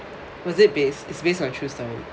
was it based it's based on true story